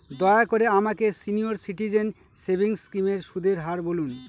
দয়া করে আমাকে সিনিয়র সিটিজেন সেভিংস স্কিমের সুদের হার বলুন